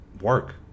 work